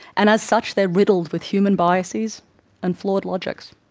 and as such they are riddled with human biases and flawed logics.